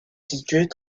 située